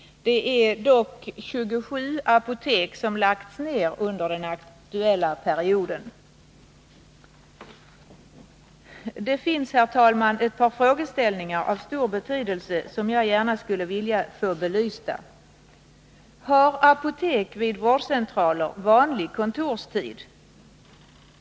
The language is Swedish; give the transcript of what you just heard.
Det är dock 27 apotek som har lagts ner under den aktuella perioden. Det finns, herr talman, ett par frågeställningar av stor betydelse som jag gärna skulle vilja få belysta. Har apotek vid vårdcentraler vanlig kontorstid?